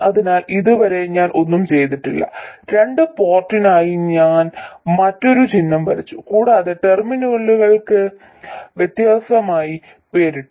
അതിനാൽ ഇതുവരെ ഞാൻ ഒന്നും ചെയ്തിട്ടില്ല രണ്ട് പോർട്ടിനായി ഞാൻ മറ്റൊരു ചിഹ്നം വരച്ചു കൂടാതെ ടെർമിനലുകൾക്ക് വ്യത്യസ്തമായി പേരിട്ടു